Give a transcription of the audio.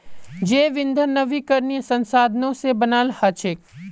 जैव ईंधन नवीकरणीय संसाधनों से बनाल हचेक